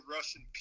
Russian